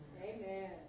Amen